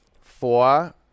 four